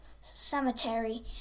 cemetery